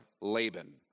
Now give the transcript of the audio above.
Laban